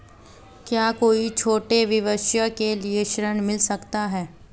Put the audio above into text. क्या कोई छोटे व्यवसाय के लिए ऋण मिल सकता है?